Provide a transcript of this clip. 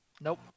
nope